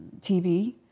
TV